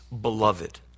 beloved